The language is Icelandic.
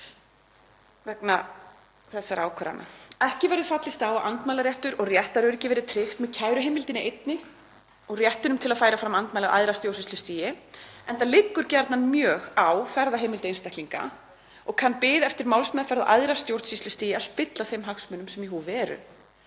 stjórnvalda. Ekki verður fallist á að andmælaréttur og réttaröryggi verði tryggt með kæruheimildinni einni og réttinum til að færa fram andmæli á æðra stjórnsýslustigi, enda liggur gjarnan mjög á ferðaheimild einstaklinga og kann bið eftir málsmeðferð á æðra stjórnsýslustigi að spilla þeim hagsmunum sem í húfi eru.